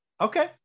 Okay